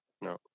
No